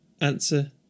Answer